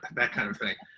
and that kind of thing.